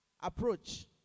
approach